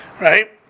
Right